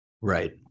right